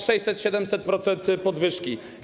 600-700% podwyżki.